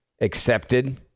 accepted